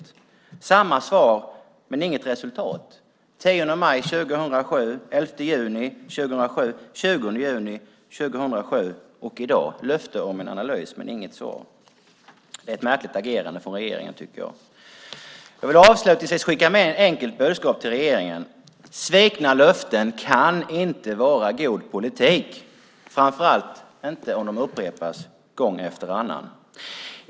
Det är samma svar, men inget resultat. Den 10 maj 2007, den 11 juni 2007, den 20 juni 2007 och i dag har jag fått ett löfte om en analys men inget svar. Det är ett märkligt agerande från regeringen, tycker jag. Jag vill avslutningsvis skicka med ett enkelt budskap till regeringen: Svikna löften kan inte vara god politik, framför allt inte om de upprepas gång efter annan.